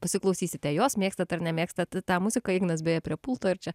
pasiklausysite jos mėgstat ar nemėgstat tą muziką ignas beje prie pulto ir čia